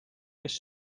kes